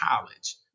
college